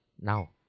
Now